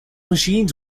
machines